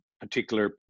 particular